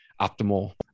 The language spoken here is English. optimal